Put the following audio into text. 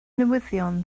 newyddion